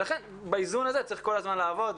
ולכן באיזון הזה צריך כל הזמן לעבוד.